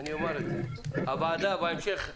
הוועדה בהמשך,